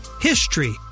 HISTORY